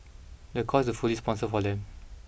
the course is also fully sponsored for them